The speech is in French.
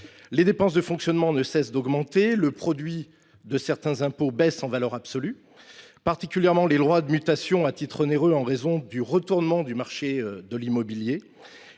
Les dépenses de fonctionnement ne cessent d’augmenter ; le produit de certains impôts baisse en valeur absolue, particulièrement les DMTO, en raison du retournement du marché de l’immobilier.